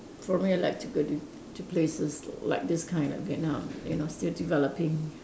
for me I like to go to to places like this kind like Vietnam you know still developing